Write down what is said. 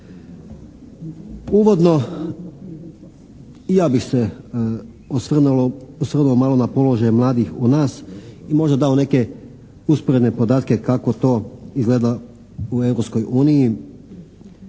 Uvodno ja bih se osvrnuo malo na položaj mladih u nas i možda dao neke usporedne podatke kako to izgleda u